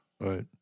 right